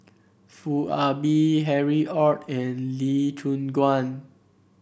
Foo Ah Bee Harry Ord and Lee Choon Guan